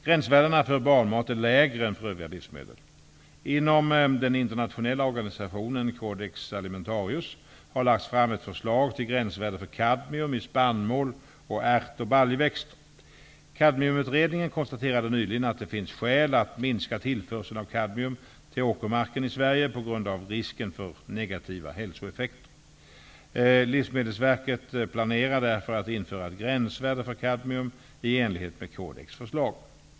Gränsvärdena för barnmat är lägre än för övriga livsmedel. Inom den internationella organisationen Codex Alimentarius, har lagts fram ett förslag till gränsvärde för kadmium i spannmål och ärt och baljväxter. Kadmiumutredningen konstaterade nyligen att det finns skäl att minska tillförseln av kadmium till åkermarken i Sverige på grund av risken för negativa hälsoeffekter. Livsmedelsverket planerar därför att införa ett gränsvärde för kadmium i enlighet med Codex förslag.